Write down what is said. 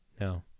No